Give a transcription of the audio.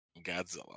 Godzilla